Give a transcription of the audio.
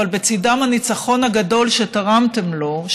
אבל בצידם הניצחון הגדול שתרמתם לו,